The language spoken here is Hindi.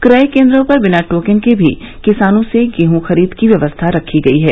क्रय केन्द्रों पर बिना टोकन के भी किसानों से गेहूँ खरीद की व्यवस्था रखी गई है